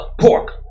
pork